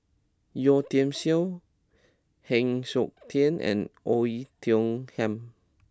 Yeo Tiam Siew Heng Siok Tian and Oei Tiong Ham